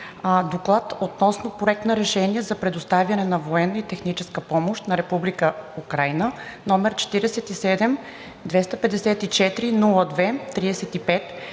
„ДОКЛАД относно: Проект на решение за предоставяне на военна и техническа помощ на Република Украйна, № 47-254-02-35,